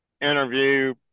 interview